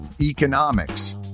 economics